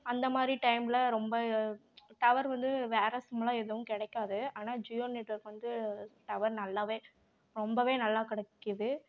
அந்த மாதிரி டைமில் ரொம்ப டவர் வந்து வேறு சிம்மெலாம் எதுவும் கிடைக்காது ஆனால் ஜியோ நெட்வொர்க் வந்து டவர் நல்லாவே ரொம்பவே நல்லா கிடைக்குது